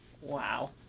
Wow